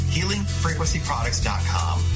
HealingFrequencyProducts.com